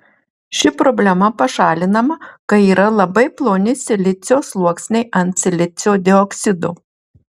ši problema pašalinama kai yra labai ploni silicio sluoksniai ant silicio dioksido